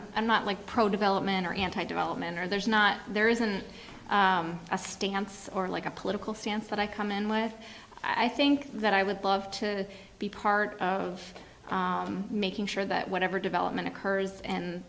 i'm not like pro development or anti development or there's not there isn't a stance or like a political stance that i come in with i think that i would love to be part of making sure that whatever development occurs and